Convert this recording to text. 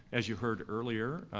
as you heard earlier,